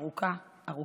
ארוכה, ארוכה.